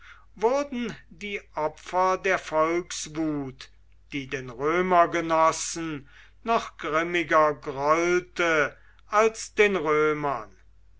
wurden die opfer der volkswut die den römergenossen noch grimmiger grollte als den römern